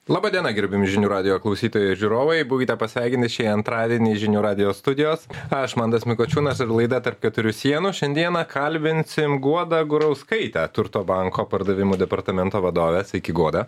laba diena gerbiami žinių radijo klausytojai žiūrovai būkite pasveikinti šį antradienį žinių radijo studijos aš mantas mikučiūnas ir laida tarp keturių sienų šiandieną kalbinsim guodą gurauskaitę turto banko pardavimų departamento vadovę sveiki guoda